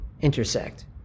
intersect